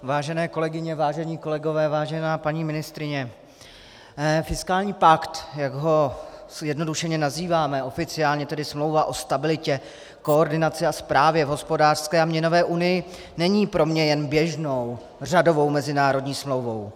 Vážené kolegyně, vážení kolegové, vážená paní ministryně, fiskální pakt, jak ho zjednodušeně nazýváme, oficiálně tedy Smlouva o stabilitě, koordinaci a správě v hospodářské a měnové unii, není pro mě jen běžnou, řadovou mezinárodní smlouvou.